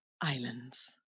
islands